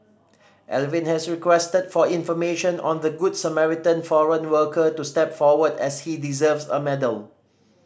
Alvin has requested for information on the Good Samaritan foreign worker to step forward as he deserves a medal